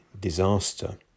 disaster